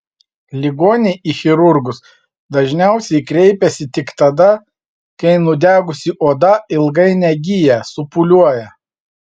ligoniai į chirurgus dažniausiai kreipiasi tik tada kai nudegusi oda ilgai negyja supūliuoja